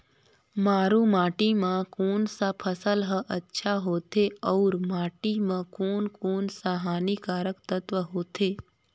मारू माटी मां कोन सा फसल ह अच्छा होथे अउर माटी म कोन कोन स हानिकारक तत्व होथे?